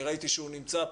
אני ראיתי שהוא נמצא פה.